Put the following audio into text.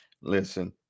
Listen